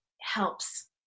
helps